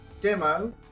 demo